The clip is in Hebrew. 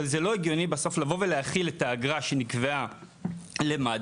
אבל זה לא הגיוני בסוף לבוא ולהחיל את האגרה שנקבעה למד"א